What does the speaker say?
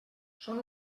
són